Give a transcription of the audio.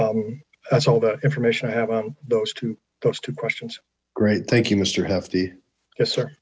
that's all the information i have those two those two questions great thank you mister hefty yes sir